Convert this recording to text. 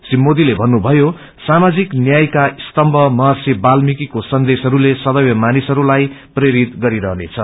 श्रीमोदीले भन्नुभयो सामाजिक न्ययका स्वयं महर्षि वाल्मिकीको सन्देशहरूले सदेव मानिसहरूलाई प्रेरित गरिरहनेछ